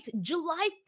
July